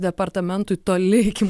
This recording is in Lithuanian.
departamentui toli iki